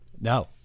No